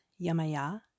Yamaya